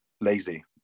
lazy